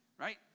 Right